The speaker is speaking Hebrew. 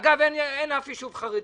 אגב, אין אף יישוב חרדי,